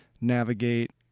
navigate